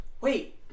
wait